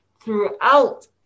throughout